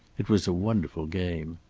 it was a wonderful game.